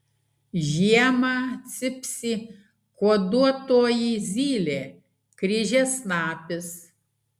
žiemą cypsi kuoduotoji zylė kryžiasnapis